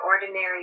ordinary